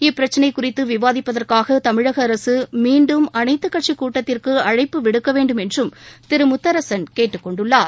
இப்பிரச்சினை குறித்து விவாதிப்பதற்காக தமிழக அரசு மீண்டும் அனைத்துக் கட்சி கூட்டத்திற்கு அழைப்பு விடுக்க வேண்டும் என்றும் திரு முத்தரசன் கேட்டுக் கொண்டுள்ளார்